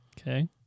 Okay